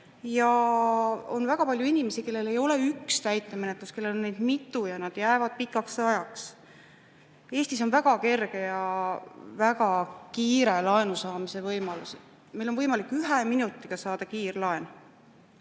Ja on väga palju inimesi, kellel ei ole üks täitemenetlus, kellel on neid mitu, ja nad jäävad pikaks ajaks. Eestis on väga kerge ja väga kiire laenu saamise võimalusi. Meil on võimalik ühe minutiga saada kiirlaen.